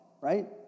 right